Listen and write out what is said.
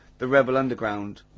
the rebel underground.